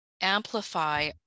amplify